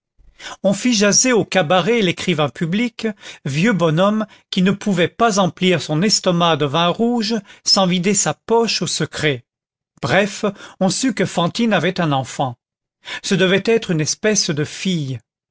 on fit jaser au cabaret l'écrivain public vieux bonhomme qui ne pouvait pas emplir son estomac de vin rouge sans vider sa poche aux secrets bref on sut que fantine avait un enfant ce devait être une espèce de fille